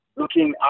looking